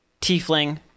tiefling